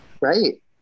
right